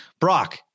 Brock